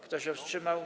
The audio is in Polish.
Kto się wstrzymał?